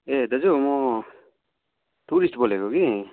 ए दाजु म टुरिस्ट बोलेको कि